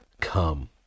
come